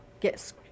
get